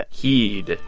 heed